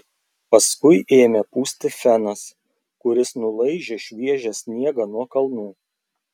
paskui ėmė pūsti fenas kuris nulaižė šviežią sniegą nuo kalnų